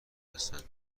هستند